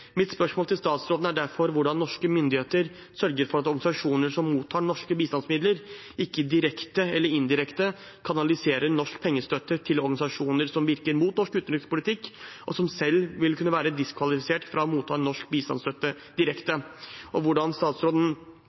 Mitt spørsmål til statsråden er derfor hvordan norske myndigheter sørger for at organisasjoner som mottar norske bistandsmidler, ikke direkte eller indirekte kanaliserer norsk pengestøtte til organisasjoner som motvirker norsk utenrikspolitikk, og som selv vil kunne være diskvalifisert fra å motta norsk pengestøtte direkte. Jeg spør også hvordan statsråden